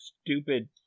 stupid